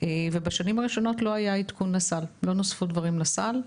בשנים הראשונות לא היה עדכון לסל ולא נוספו דברים לסל,